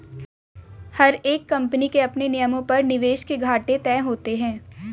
हर एक कम्पनी के अपने नियमों पर निवेश के घाटे तय होते हैं